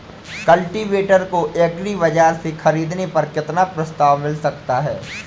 Cultivator को agri बाजार से ख़रीदने पर कितना प्रस्ताव मिल सकता है?